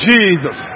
Jesus